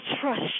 trust